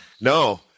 no